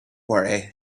worry